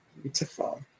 Beautiful